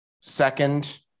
Second